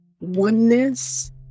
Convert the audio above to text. oneness